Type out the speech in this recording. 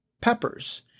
peppers